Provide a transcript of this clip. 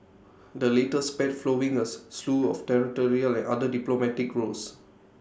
the latest spat flowing A slew of territorial and other diplomatic rows